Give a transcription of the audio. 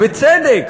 בצדק,